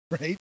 right